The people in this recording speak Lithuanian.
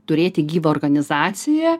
turėti gyvą organizaciją